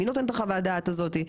מי נותן את חוות דעת הזאתי,